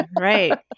right